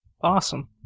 Awesome